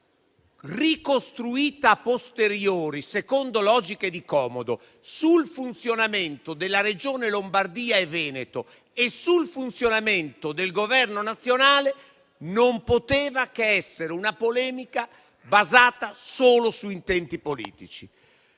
ricostruita *a posteriori* secondo logiche di comodo sul funzionamento delle Regioni Lombardia e Veneto e sul funzionamento del Governo nazionale non poteva che essere una polemica basata solo su intenti politici.